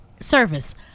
service